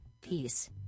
peace